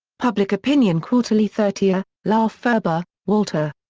public opinion quarterly thirty. ah laferber, walter.